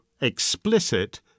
explicit